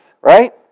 right